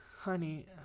Honey